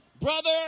brother